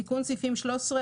תיקון סעיפים 13,